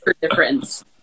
difference